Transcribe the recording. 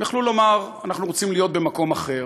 הם יכלו לומר: אנחנו רוצים להיות במקום אחר,